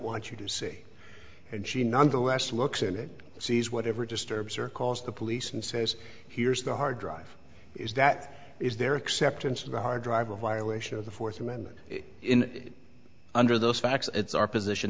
want you to see and she nonetheless looks in it sees whatever disturbs or calls the police and says here's the hard drive is that is there acceptance of the hard drive a violation of the fourth amendment under those facts it's our position